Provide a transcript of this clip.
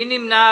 מי נמנע?